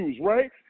right